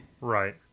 Right